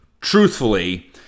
truthfully